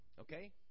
Okay